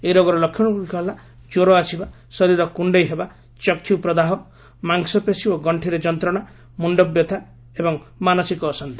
ଏହି ରୋଗର ଲକ୍ଷଣଗୁଡ଼ିକ ହେଲା କ୍ୱର ଆସିବା ଶରୀର କୁଶ୍ଡେଇହେବା ଚକ୍ଷୁପ୍ରଦାହ ମାଂସପେଶୀ ଓ ଗଣ୍ଠିରେ ଯନ୍ତ୍ରଣା ମୁଣ୍ଡବ୍ୟଥା ମାନସିକ ଅଶାନ୍ତି